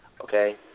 Okay